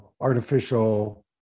artificial